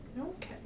okay